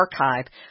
archive